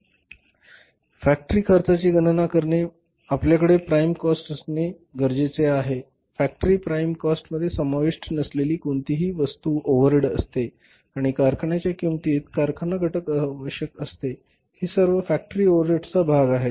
कारण फॅक्टरी खर्चाची गणना करणे आपल्याकडे प्राइम कॉस्ट असणे आवश्यक आहे आणि फॅक्टरी प्राइम कॉस्टमध्ये समाविष्ट नसलेली कोणतीही वस्तू ओव्हरहेड करते आणि कारखान्याच्या किंमतीत कारखाना घटक आवश्यक असतात हे सर्व फॅक्टरी ओव्हरहेड्सचा भाग आहेत